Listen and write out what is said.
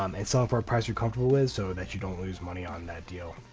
um a so for price you're comfortable with so that you don't lose money on that deal.